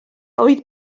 oedd